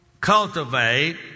Cultivate